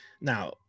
Now